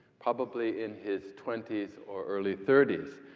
probably in his twenty s or early thirty s.